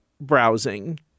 browsing